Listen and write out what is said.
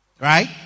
Right